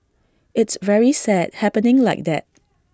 it's very sad happening like that